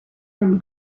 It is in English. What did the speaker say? from